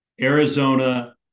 Arizona